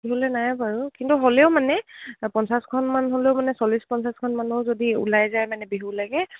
বিহলে নাই বাৰু কিন্তু হ'লেও মানে পঞ্চাছখনমানান হ'লেও মানে চল্ি পঞ্চাছখন মানুহও যদি ওলাই যায় মানে বিহু লাগে